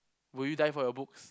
will you die for your books